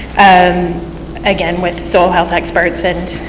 um again with soil health experts and